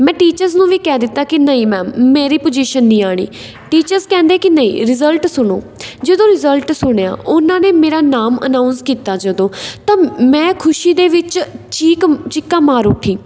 ਮੈਂ ਟੀਚਰਸ ਨੂੰ ਵੀ ਕਹਿ ਦਿੱਤਾ ਕਿ ਨਹੀਂ ਮੈਮ ਮੇਰੀ ਪੁਜ਼ੀਸ਼ਨ ਨਹੀਂ ਆਉਣੀ ਟੀਚਰਸ ਕਹਿੰਦੇ ਕਿ ਨਹੀਂ ਰਿਜ਼ਲਟ ਸੁਣੋ ਜਦੋਂ ਰਿਜ਼ਲਟ ਸੁਣਿਆ ਉਹਨਾਂ ਨੇ ਮੇਰਾ ਨਾਮ ਅਨਾਊਂਸ ਕੀਤਾ ਜਦੋਂ ਤਾਂ ਮੈਂ ਖੁਸ਼ੀ ਦੇ ਵਿੱਚ ਚੀਕ ਚੀਕਾਂ ਮਾਰ ਉੱਠੀ